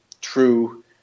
true